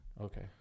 Okay